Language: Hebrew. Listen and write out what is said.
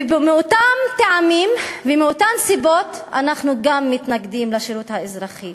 ומאותם טעמים ומאותן סיבות אנחנו גם מתנגדים לשירות האזרחי,